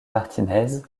martinez